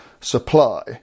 supply